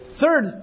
third